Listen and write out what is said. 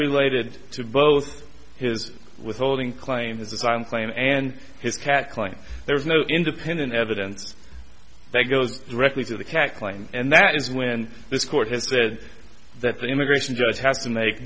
related to both his withholding claim his asylum claim and his cat claim there is no independent evidence that goes directly to the cat claim and that is when this court has said that the immigration judge has to make